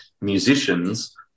musicians